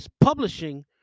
publishing